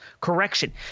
correction